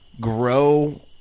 grow